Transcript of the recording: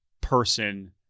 person